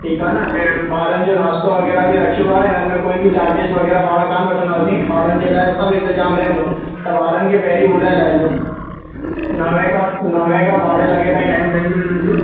ठीकु आहे न ऐं ॿारनि जो नाश्तो वग़ैरह बि रखियो आहे इन्हनि में कोई बि चार्जिस वग़ैरह पाण कोन्ह वठंदासीं ॿारनि जे लाइ सभु इंतिजाम रहंदो त ॿारनि खे पहिरीं ॿुधाइ लाहिजो नवे खां नवे खां ॿारहे लॻे ताईं टाइम रहंदो इन्हनि जो